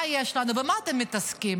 במה אתם מתעסקים?